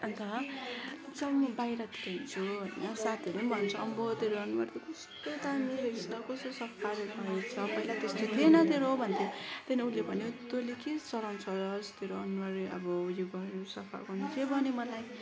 अन्त जब म बाहिरतिर हिँड्छु होइन साथीहरूले पनि भन्छ अम्बो तेरो अनुहार त कस्तो दामी रहेछ कस्तो सफा रहेछ पहिला त त्यस्तो थिएन तेरो भन्थ्यो त्यहाँदेखि उसले भन्यो तैँले के चलाउँछस् तेरो अनुहारै अब उयो गर्नु सफा गर्नु चाहिँ भन्यो मलाई